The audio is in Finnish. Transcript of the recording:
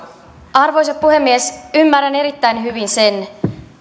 arvoisa puhemies ymmärrän erittäin hyvin sen